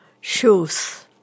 shoes